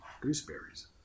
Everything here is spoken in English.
gooseberries